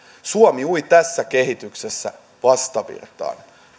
suomi ui tässä kehityksessä vastavirtaan